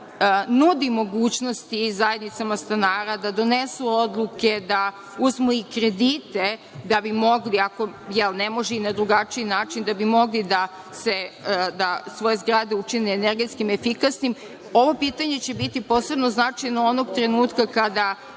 nudi mogućnosti zajednicama stanara da donesu odluke, da uzmu i kredite da bi mogli, ako ne mogu na drugačiji način, da bi mogli da svoje zgrade učine energetske efikasnim. Ovo pitanje će biti posebno značajno onog trenutka kada